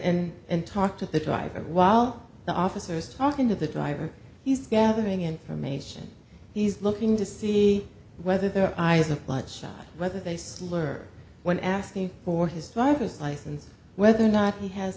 and and talk to the driver while the officer is talking to the driver he's gathering information he's looking to see whether their eyes of blood shot whether they slur when asking for his driver's license whether or not he has